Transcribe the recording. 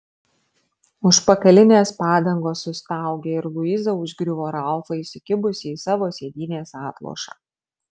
užpakalinės padangos sustaugė ir luiza užgriuvo ralfą įsikibusi į savo sėdynės atlošą